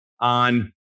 on